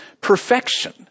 perfection